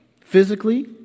physically